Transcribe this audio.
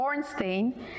Bornstein